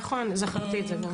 נכון, זכרתי את זה.